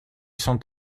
sont